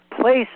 place